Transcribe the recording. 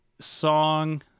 song